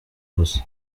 gusa